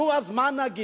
נו, אז מה נגיד?